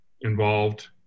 involved